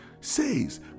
says